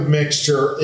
mixture